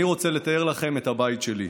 אני רוצה לתאר לכם את הבית שלי.